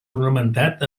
ornamentat